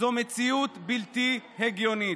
זאת מציאות בלתי הגיונית.